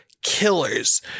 killers